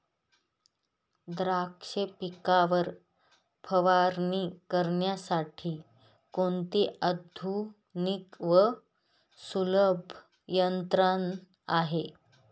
द्राक्ष पिकावर फवारणी करण्यासाठी कोणती आधुनिक व सुलभ यंत्रणा आहे?